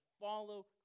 follow